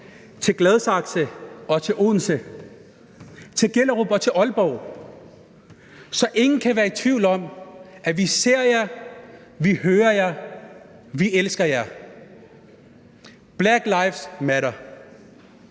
til Gladsaxe og til Odense, til Gellerup og til Aalborg, så ingen kan være i tvivl om, at vi ser jer, vi hører jer, vi elsker jer. Black lives matter!